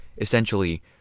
essentially